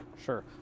Sure